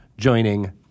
joining